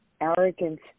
arrogance